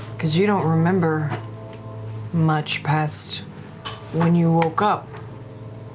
because you don't remember much past when you woke up,